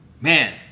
man